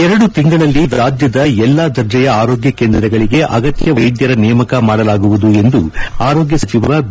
ಎರಡು ತಿಂಗಳಲ್ಲಿ ರಾಜ್ಯದ ಎಲ್ಲಾ ದರ್ಜೆಯ ಆರೋಗ್ಯ ಕೇಂದ್ರಗಳಿಗೆ ಅಗತ್ಯ ವೈದ್ಯರ ನೇಮಕ ಮಾಡಲಾಗುವುದು ಎಂದು ಆರೋಗ್ಯ ಸಚಿವ ಬಿ